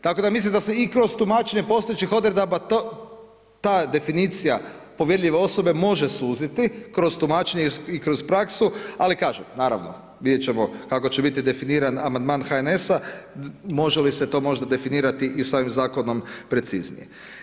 Tako da mislim da se i kroz tumačenje postojećih odredaba ta definicija povjerljive osobe može suziti kroz tumačenje i kroz praksu, ali kažem naravno vidjeti ćemo kako će biti definiran amandman HNS-a, može li se to možda definirati i samim zakonom preciznije.